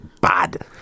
bad